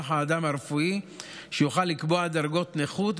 האדם הרפואי שיוכל לקבוע דרגות נכות,